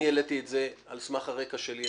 אני העליתי את זה על סמך הרקע שלי,